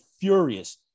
furious